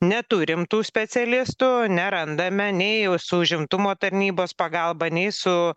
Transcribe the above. neturim tų specialistų nerandame nei su užimtumo tarnybos pagalba nei su